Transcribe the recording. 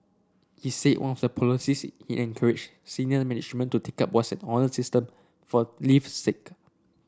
he said one of the policies he encouraged senior management to take up was an honour system for leave sick